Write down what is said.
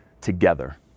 together